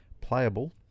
playable